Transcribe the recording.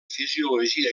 fisiologia